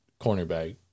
cornerback